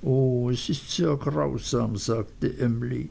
o es ist sehr grausam sagte emly